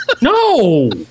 No